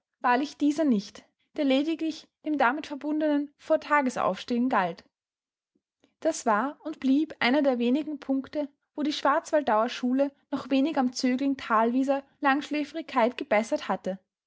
wahrlich dieser nicht der lediglich dem damit verbundenen vor tageaufstehen galt das war und blieb einer der wenigen puncte wo die schwarzwaldauer schule noch wenig am zögling thalwieser langschläfrigkeit gebessert hatte